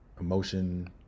emotion